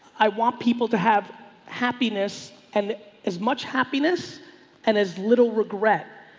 i want people to have happiness and as much happiness and as little regret.